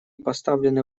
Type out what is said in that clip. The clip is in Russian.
поставлены